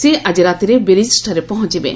ସେ ଆକି ରାତିରେ ବେରିଜ୍ଠାରେ ପହଞ୍ଚବେ